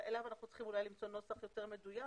שלו אנחנו צריכים אולי למצוא נוסח יותר מדויק,